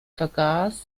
vergaß